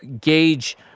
gauge